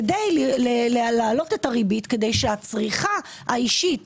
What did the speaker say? כדי להעלות את הריבית כדי שהצריכה האישית